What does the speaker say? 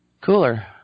cooler